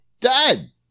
Done